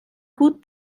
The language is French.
coûte